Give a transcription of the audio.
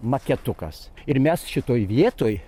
maketukas ir mes šitoj vietoj